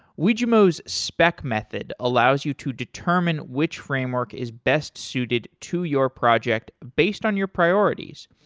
wijmo's spec method allows you to determine which framework is best suited to your project based on your priorities.